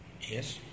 Yes